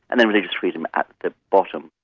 and then religions freedom at the bottom.